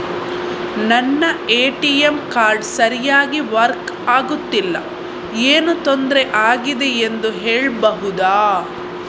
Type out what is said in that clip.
ನನ್ನ ATM card ಸರಿಯಾಗಿ work ಆಗುತ್ತಿಲ್ಲ, ಏನು ತೊಂದ್ರೆ ಆಗಿದೆಯೆಂದು ಹೇಳ್ಬಹುದಾ?